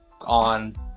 on